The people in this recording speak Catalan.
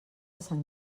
sant